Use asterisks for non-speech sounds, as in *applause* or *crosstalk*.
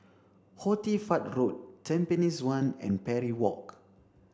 *unintelligible* Fatt Road Tampines one and Parry Walk